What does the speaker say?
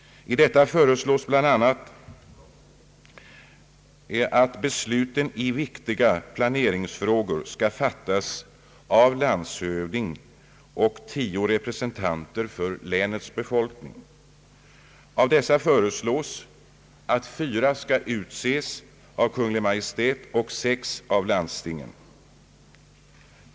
I detta föreslås bl.a. att beslut i viktiga planeringsfrågor skall fattas av landshövding och tio representanter för länets befolkning. Av dessa föreslås att fyra skall utses av Kungl. Maj:t och sex av landstingen.